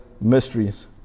mysteries